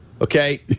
Okay